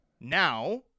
Now